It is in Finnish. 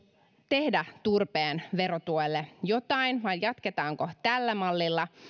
tehdä turpeen verotuelle jotain vai jatketaanko tällä mallilla